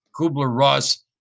Kubler-Ross